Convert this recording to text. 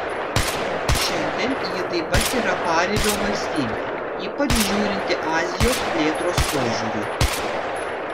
šiandien ji taip pat yra paribio valstybė ypač žiūrinti azijos plėtros požiūriu